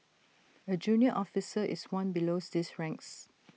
A junior officer is one below these ranks